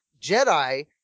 Jedi